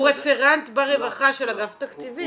הוא רפרנט ברווחה של אגף תקציבים לא?